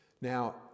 Now